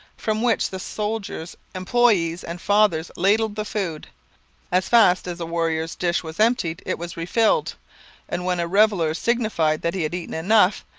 from which the soldiers, employees, and fathers ladled the food as fast as a warrior's dish was emptied it was refilled and when a reveller signified that he had eaten enough,